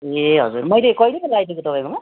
ए हजुर मैले कहिले पो त लगाइदिएको तपाईँकोमा